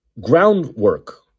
groundwork